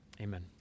amen